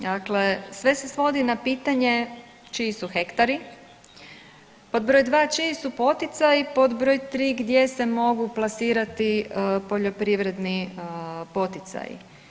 Dakle, sve se svodi na pitanje čiji su hektari, pod broj 2 čiji su poticaji, pod broj 3 gdje se mogu plasirati poljoprivredni poticaji?